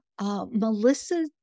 Melissa